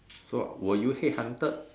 so were you head hunted